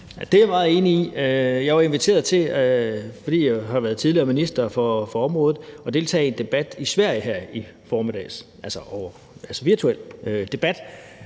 Det er jeg meget enig i. Jeg var inviteret til, fordi jeg tidligere har været minister for området, at deltage i en debat i Sverige her i formiddags, altså en virtuel debat,